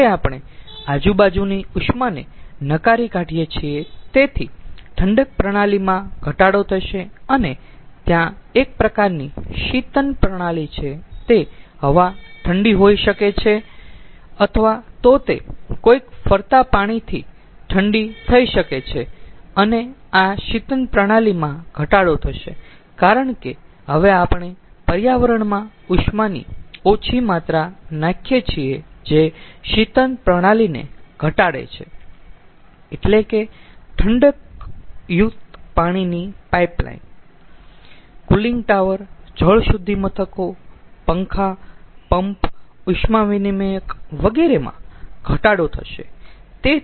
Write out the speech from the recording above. આખરે આપણે આજુબાજુની ઉષ્મા ને નકારી કાઢીયે છીએ તેથી ઠંડક પ્રણાલીમાં ઘટાડો થશે અને ત્યાં એક પ્રકારની શીતન પ્રણાલી છે તે હવા ઠંડી હોઈ શકે છે અથવા તો તે કોઈક ફરતા પાણીથી ઠંડી થઈ શકે છે અને આ શીતન પ્રણાલીમાં ઘટાડો થશે કારણ કે હવે આપણે પર્યાવરણમાં ઉષ્માની ઓછી માત્રા નાખીએ છીએ જે શીતન પ્રણાલીને ઘટાડે છે એટલે ઠંડકયુક્ત પાણીની પાઇપલાઇન કુલીંગ ટાવર જળ શુદ્ધિકરણ મથકો પંખા પંપ ઉષ્મા વિનિમયક વગેરેમાં ઘટાડો થશે